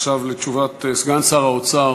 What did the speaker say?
עכשיו לתשובת סגן שר האוצר